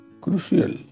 crucial